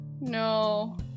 No